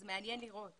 אז מעניין לראות